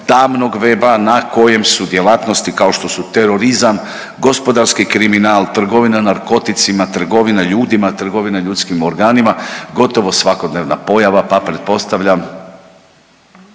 tamnog weba na kojem su djelatnosti kao što su terorizam, gospodarski kriminal, trgovina narkoticima, trgovina ljudima, trgovina ljudskim organima gotovo svakodnevna pojava pa pretpostavljam